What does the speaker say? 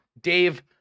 Dave